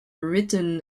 written